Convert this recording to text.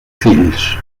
fills